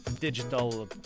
digital